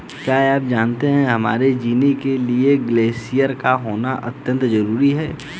क्या आप जानते है हमारे जीने के लिए ग्लेश्यिर का होना अत्यंत ज़रूरी है?